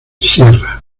sierra